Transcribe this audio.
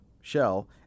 Shell